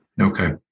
okay